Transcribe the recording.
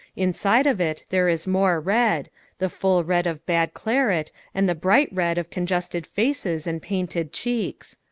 inside of it there is more red the full red of bad claret and the bright red of congested faces and painted cheeks.